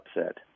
upset